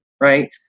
right